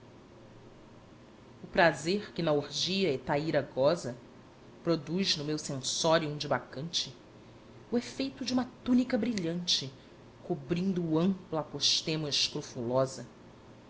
o prazer que na orgia a hetaíra goza produz no meu sensorium de bacante o efeito de uma túnica brilhante cobrindo ampla apostema escrofulosa